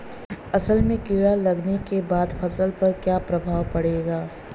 असल में कीड़ा लगने के बाद फसल पर क्या प्रभाव पड़ेगा?